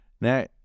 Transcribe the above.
Now